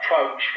approach